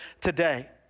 today